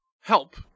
help